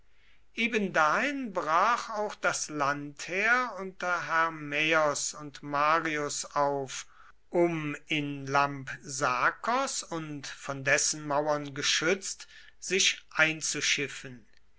eben dahin brach auch das landheer unter hermaeos und marius auf um in lampsakos und von dessen mauern geschützt sich einzuschiffen